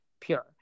pure